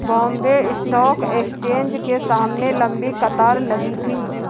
Bombay stock exchange के सामने लंबी कतार लगी थी